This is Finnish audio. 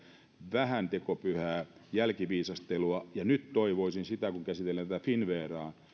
vähän tekopyhää jälkiviisastelua nyt toivoisin sitä kun käsitellään tätä finnveraa